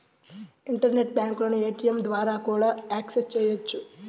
internet బ్యాంకులను ఏటీయంల ద్వారా కూడా యాక్సెస్ చెయ్యొచ్చు